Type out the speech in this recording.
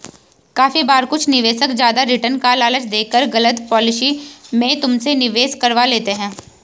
काफी बार कुछ निवेशक ज्यादा रिटर्न का लालच देकर गलत पॉलिसी में तुमसे निवेश करवा लेते हैं